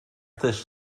też